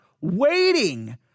waiting